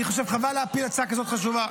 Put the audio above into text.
אני חושב שחבל להפיל הצעה כזאת חשובה,